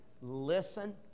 listen